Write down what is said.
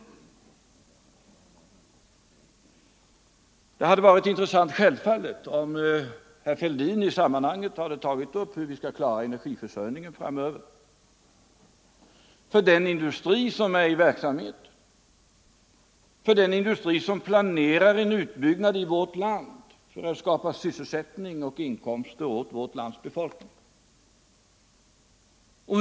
Det hade självfallet varit intressant om herr Fälldin i så fall i sammanhanget tagit upp frågan om hur vi inom de närmaste åren skall klara energiförsörjningen för den industri som är i verksamhet och för den industri som planerar en utbyggnad i syfte att skapa sysselsättning och inkomster åt vårt lands befolkning.